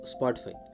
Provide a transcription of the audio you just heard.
Spotify